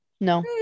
No